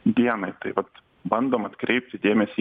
dienai tai vat bandom atkreipti dėmesį